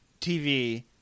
TV –